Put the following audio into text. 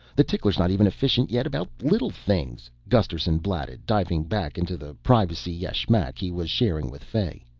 the tickler's not even efficient yet about little things, gusterson blatted, diving back into the privacy-yashmak he was sharing with fay.